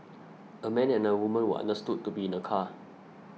a man and a woman were understood to be in the car